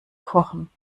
kochen